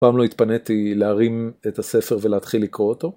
אף פעם לא התפניתי להרים את הספר ולהתחיל לקרוא אותו.